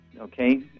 okay